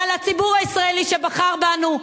אלא לציבור הישראלי שבחר בנו.